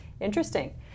interesting